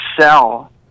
sell